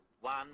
one